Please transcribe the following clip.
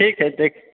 ठीक है ठीक